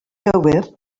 gywir